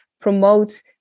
promote